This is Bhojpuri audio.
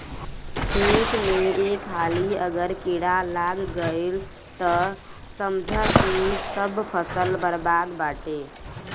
खेत में एक हाली अगर कीड़ा लाग गईल तअ समझअ की सब फसल बरबादे बाटे